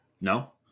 No